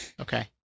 Okay